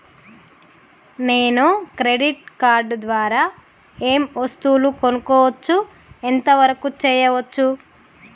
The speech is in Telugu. నేను క్రెడిట్ కార్డ్ ద్వారా ఏం వస్తువులు కొనుక్కోవచ్చు ఎంత వరకు చేయవచ్చు?